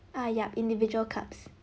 oh yup individual cups